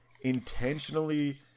intentionally